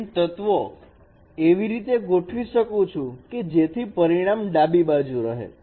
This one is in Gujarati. જેમ તત્વો ફરી વખત એવી રીતે ગોઠવી શકું છું કે જેથી પરિમાણ ડાબી બાજુ રહે